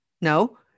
No